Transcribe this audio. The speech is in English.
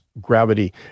gravity